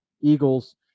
Eagles